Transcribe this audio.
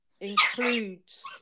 includes